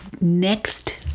next